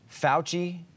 Fauci